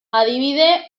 adibide